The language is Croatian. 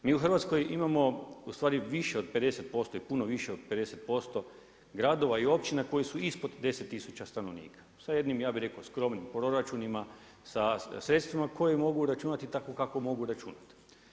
Mi u Hrvatskoj imamo ustvari više od 50% i puno više od 50% gradova i općina koje su ispod 10 tisuća stanovnika sa jednim ja bi rekao, skromnim proračunima, sa sredstvima koje mogu računati tako kako mogu računati.